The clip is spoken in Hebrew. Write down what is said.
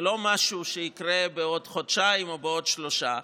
לא משהו שיקרה בעוד חודשיים או בעוד שלושה,